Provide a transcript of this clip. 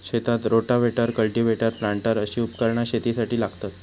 शेतात rotavator, cultivator, planter अशी उपकरणा शेतीसाठी लागतत